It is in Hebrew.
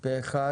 פה אחד